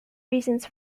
reasons